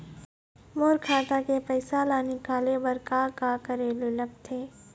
मोर खाता के पैसा ला निकाले बर का का करे ले लगथे?